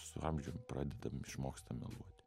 su amžium pradedam išmokstam meluoti